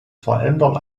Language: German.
verändern